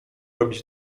robić